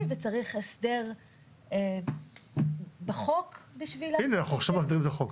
וצריך הסדר בחוק בשביל להעביר את המידע,